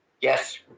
yes